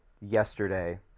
yesterday